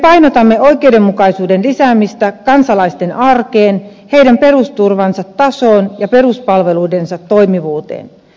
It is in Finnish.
me painotamme oikeudenmukaisuuden lisäämistä kansalaisten arkeen heidän perusturvansa tasoon ja peruspalveluidensa toimivuuteen